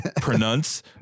Pronounce